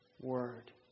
Word